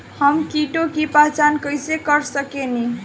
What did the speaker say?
हम कीटों की पहचान कईसे कर सकेनी?